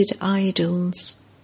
idols